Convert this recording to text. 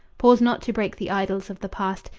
pause not to break the idols of the past.